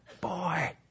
boy